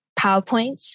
PowerPoints